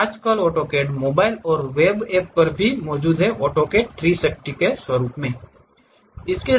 आजकल AutoCAD mobile और web app पर भी ऑटोकैड 360 के रूप में उपलब्ध है